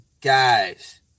guys